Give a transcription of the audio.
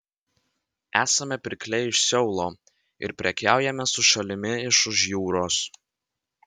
esame pirkliai iš seulo ir prekiaujame su šalimi iš už jūros